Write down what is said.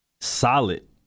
Solid